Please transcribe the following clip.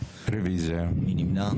5. מי נמנע?